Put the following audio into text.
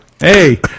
Hey